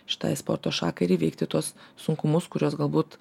šitai sporto šakai ir įveikti tuos sunkumus kuriuos galbūt